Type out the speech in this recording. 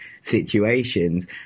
situations